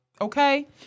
Okay